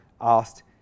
asked